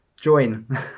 join